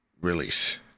release